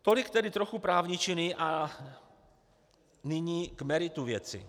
Tolik tedy trochu právničiny, a nyní k meritu věci.